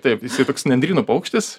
taip jisai toks nendrynų paukštis